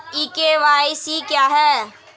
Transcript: ई KYC क्या है?